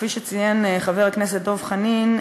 כפי שציין חבר הכנסת דב חנין,